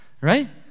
Right